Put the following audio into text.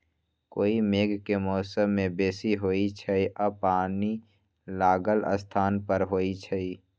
काई मेघ के मौसम में बेशी होइ छइ आऽ पानि लागल स्थान पर होइ छइ